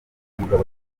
mugabo